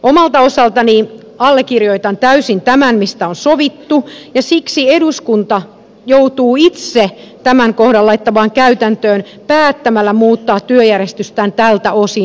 omalta osaltani allekirjoitan täysin tämän mistä on sovittu ja siksi eduskunta joutuu itse tämän kohdan laittamaan käytäntöön päättämällä muuttaa työjärjestystään tältä osin